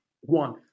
one